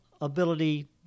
ability